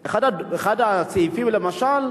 אחד הסעיפים, למשל,